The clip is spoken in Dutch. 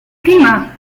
prima